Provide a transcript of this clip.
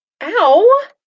Ow